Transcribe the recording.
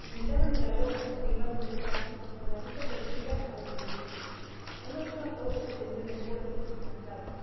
se sentaron en la borda silbando despacio con la vista perdida a lo lejos uno se bajó y se tendió en el puente cansado